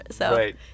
Right